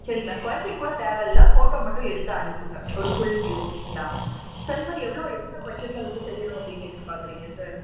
சரிங்களா square feet கூட தேவயில்லை ஃபோட்டோ மட்டும் எடுத்து அனுப்புங்கள் ஒரு ஃபுல் வ்யூ ஓகேங்களா சார் அதுமாதிரி எவ்வளோ எவ்வளோ பட்ஜெட்ல வந்து செய்யணும் அப்படின்னு எதிர்பார்க்குறீங்க சார்